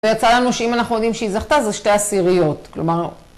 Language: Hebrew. זה יצא לנו שאם אנחנו יודעים שהיא זכתה, זה שתי עשיריות. כלומר...